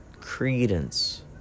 Credence